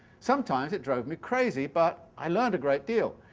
sometimes it drove me crazy, but i learned a great deal.